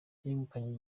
yegukanye